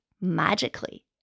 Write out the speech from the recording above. magically